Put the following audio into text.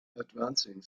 advancing